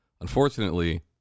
Unfortunately